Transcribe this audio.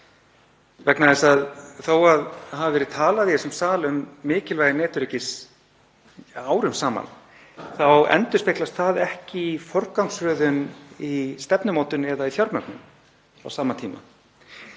vegna þess að þó að talað hafi verið í þessum sal um mikilvægi netöryggis árum saman þá endurspeglast það ekki í forgangsröðun í stefnumótun eða í fjármögnun á sama tíma.